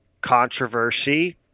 controversy